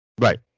Right